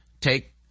take